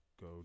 go